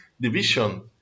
division